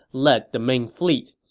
led the main fleet.